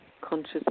conscious